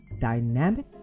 dynamic